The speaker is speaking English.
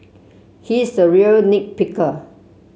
he is a real nit picker